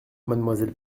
mademoiselle